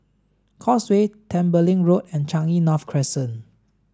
Causeway Tembeling Road and Changi North Crescent